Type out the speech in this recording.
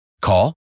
Call